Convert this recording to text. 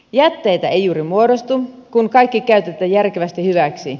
jätteitä ei juuri muodostu kun kaikki käytetään järkevästi hyväksi